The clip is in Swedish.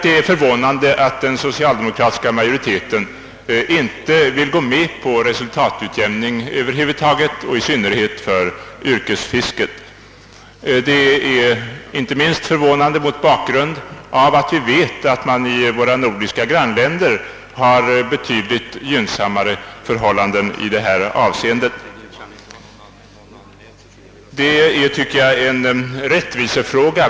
Det är förvånande att den socialdemokratiska majoriteten inte vill gå med på resultatutjämning över huvud taget och i synnerhet för yrkesfisket, inte minst då vi vet att man i våra nordiska grannländer har betydligt gynnsammare förhållanden i detta avseende. Detta är en rättvisefråga.